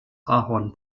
ahorn